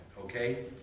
okay